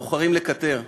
בוחרים לקטר,